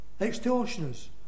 extortioners